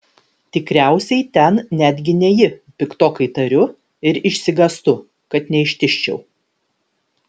tikriausiai ten netgi ne ji piktokai tariu ir išsigąstu kad neištižčiau